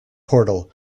portal